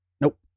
Nope